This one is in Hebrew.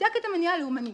ניתק את המניע הלאומני.